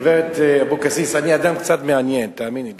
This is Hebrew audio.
גברת אבקסיס, אני אדם קצת מעניין, תאמיני לי.